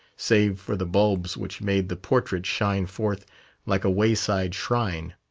save for the bulbs which made the portrait shine forth like a wayside shrine.